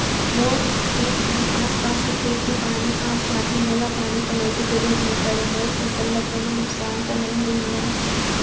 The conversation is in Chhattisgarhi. मोर खेत म आसपास के खेत के पानी आप जाथे, मोला पानी पलोय के जरूरत नई परे, मोर फसल ल कोनो नुकसान त नई होही न?